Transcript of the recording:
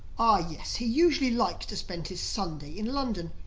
ah yes, he usually likes to spend his sunday in london.